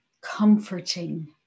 comforting